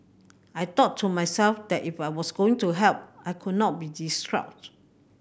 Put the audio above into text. I thought to myself that if I was going to help I could not be distraught